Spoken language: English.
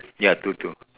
ya two two